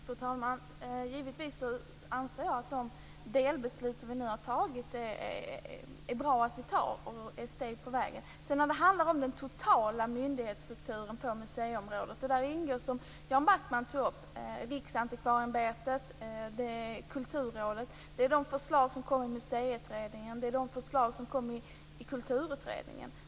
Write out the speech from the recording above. Fru talman! Givetvis anser jag att de delbeslut som vi nu har fattat är bra och ett steg på vägen. När det handlar om den totala myndighetsstrukturen på museiområdet ingår, som Jan Backman tog upp, Riksantikvarieämbetet, Kulturrådet, de förslag som kom i Museiutredningen och de förslag som kom i Kulturutredningen.